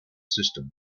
system